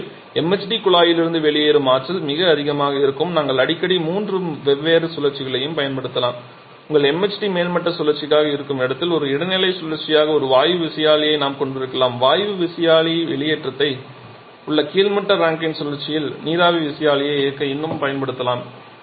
உண்மையில் MHD குழாயிலிருந்து வெளியேறும் ஆற்றல் மிக அதிகமாக இருக்கும் நாங்கள் அடிக்கடி மூன்று வெவ்வேறு சுழற்சிகளையும் பயன்படுத்தலாம் உங்கள் MHD மேல்மட்ட சுழற்சியாக இருக்கும் இடத்தில் ஒரு இடைநிலை சுழற்சியாக ஒரு வாயு விசையாழியை நாம் கொண்டிருக்கலாம் வாயு விசையாழியின் வெளியேற்றத்தை உள் கீழ்மட்ட ரேங்கின் சுழற்சியில் நீராவி விசையாழியை இயக்க இன்னும் பயன்படுத்தலாம்